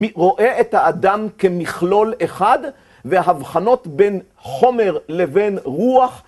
רואה את האדם כמכלול אחד וההבחנות בין חומר לבין רוח